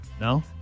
No